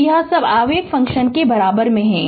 तो यह सब आवेग फ़ंक्शन के बारे में है